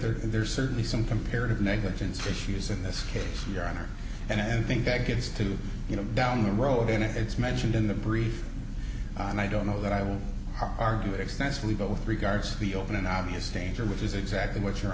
are there's certainly some comparative negligence issues in this case your honor and i think that gets to you know down the road and if it's mentioned in the brief and i don't know that i will argue extensively but with regards to the open an obvious danger which is exactly what you